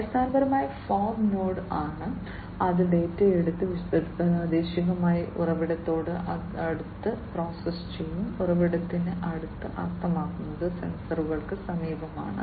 അടിസ്ഥാനപരമായി fog node ആണ് അത് ഡാറ്റ എടുത്ത് പ്രാദേശികമായി ഉറവിടത്തോട് അടുത്ത് പ്രോസസ്സ് ചെയ്യും ഉറവിടത്തിന് അടുത്ത് അർത്ഥമാക്കുന്നത് സെൻസറുകൾക്ക് സമീപമാണ്